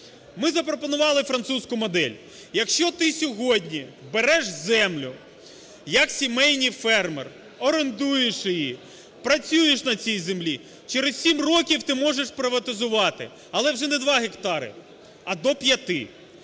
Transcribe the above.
Ми запропонували французьку модель: якщо ти сьогодні береш землю як сімейний фермер, орендуєш її, працюєш на цій землі – через 7 років ти можеш приватизувати, але вже не 2 гектари, а до 5-и.